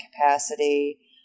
capacity